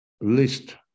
list